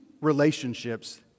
relationships